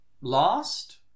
lost